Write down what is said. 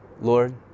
Lord